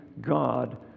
God